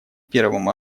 первым